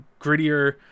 grittier